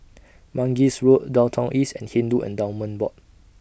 Mangis Road Downtown East and Hindu Endowments Board